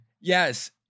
Yes